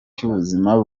cy’ubuzima